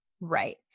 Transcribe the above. Right